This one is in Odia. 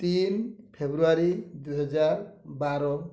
ତିନି ଫେବୃଆରୀ ଦୁଇ ହଜାର ବାର